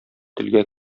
телгә